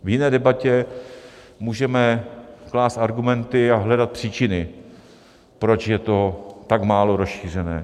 V jiné debatě můžeme klást argumenty a hledat příčiny, proč je to tak málo rozšířené.